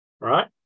Right